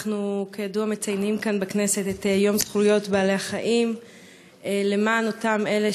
היום אנחנו מציינים כאן בכנסת את יום זכויות בעלי-החיים למען אותם אלה